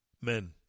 Men